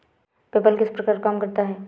PayPal किस प्रकार काम करता है?